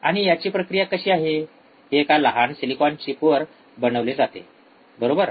आणि याची प्रक्रिया कशी आहे ही एका लहान सिलिकॉन चिपवर बनवले जाते बरोबर